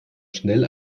schnell